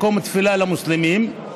מקום התפילה למוסלמים,